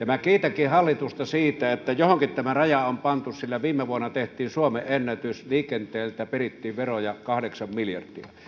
minä kiitänkin hallitusta siitä että johonkin tämä raja on pantu sillä viime vuonna tehtiin suomenennätys liikenteeltä perittiin veroja kahdeksan miljardia